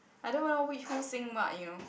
I don't even know which who sing what you know